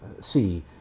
see